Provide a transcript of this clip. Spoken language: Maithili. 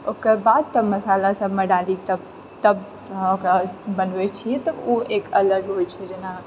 ओकर बाद तब मसाला सब डालीके तब ओकरा बनबै छिऐ तऽ ओ एक अलग होइत छै जेना